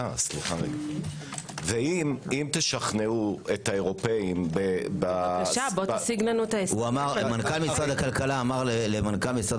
אם תשכנעו את האירופאים- -- מנכ"ל משרד הכלכלה אמר למנכ"ל משרד